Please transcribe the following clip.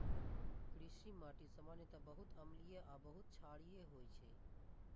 कृषि माटि सामान्यतः बहुत अम्लीय आ बहुत क्षारीय होइ छै